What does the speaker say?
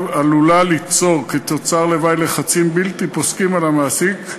עלולה ליצור כתוצר לוואי לחצים בלתי פוסקים על המעסיק,